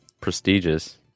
prestigious